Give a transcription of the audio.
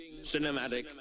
cinematic